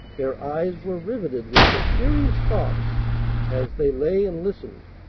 their eyes were riveted with mysterious thoughts as they lay and listened,